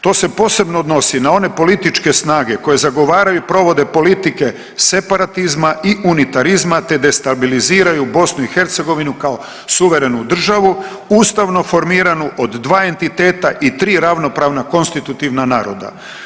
To se posebno odnosi na one političke snage koje zagovaraju i provode politike separatizma i unitarizma te destabiliziraju Bosnu i Hercegovinu kao suverenu državu ustavno formiranu od dva entiteta i tri ravnopravna konstitutivna naroda.